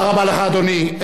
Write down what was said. תודה רבה לך, אדוני.